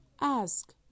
Ask